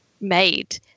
made